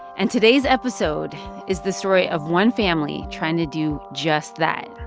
and today's episode is the story of one family trying to do just that,